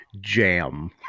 Jam